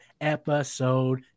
episode